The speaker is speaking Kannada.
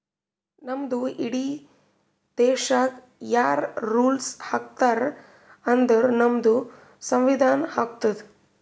ನಮ್ದು ಇಡೀ ದೇಶಾಗ್ ಯಾರ್ ರುಲ್ಸ್ ಹಾಕತಾರ್ ಅಂದುರ್ ನಮ್ದು ಸಂವಿಧಾನ ಹಾಕ್ತುದ್